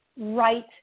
right